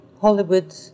Hollywood